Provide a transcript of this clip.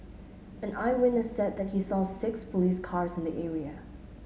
an eyewitness said that he saw six police cars in the area